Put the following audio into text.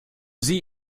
sie